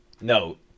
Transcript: note